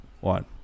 one